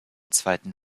zweiten